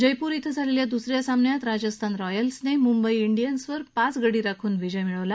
जयपूर श्वे झालेल्या दूस या सामन्यात राजस्थान रॉयल्सने मुंबई डियन्सवर पाच गडी राखून विजय मिळवला